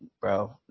bro